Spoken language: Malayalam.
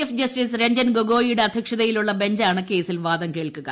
ചീഫ് ജസ്റ്റിസ് രഞ്ജൻ ഗൊഗോയുടെ അധ്യക്ഷതയിലുള്ള ബഞ്ചാണ് കേസിൽ വാദം കേൾക്കുക